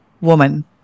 woman